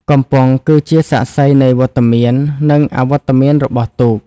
កំពង់គឺជាសាក្សីនៃវត្តមាន និងអវត្តមានរបស់ទូក។